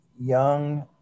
young